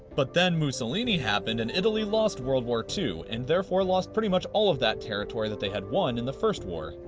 but then mussolini happened, and italy lost world war ii and, therefore, lost pretty much all of that territory that they had won in the first war.